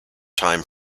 time